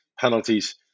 Penalties